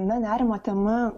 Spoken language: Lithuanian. na nerimo tema